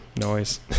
noise